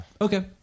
Okay